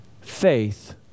faith